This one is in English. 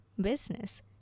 business